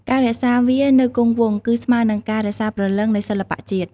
ការរក្សាវានៅគង់វង្ស គឺស្មើនឹងការរក្សាព្រលឹងនៃសិល្បៈជាតិ។